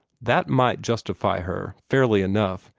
that might justify her, fairly enough,